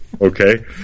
okay